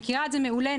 מכירה את זה מעולה,